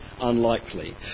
unlikely